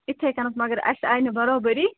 یِتھَے کٔنٮ۪تھ مگر اَسہِ آے نہٕ بَرابٔدی